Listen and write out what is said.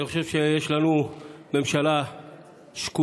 אני חושב שיש לנו ממשלה שקולה,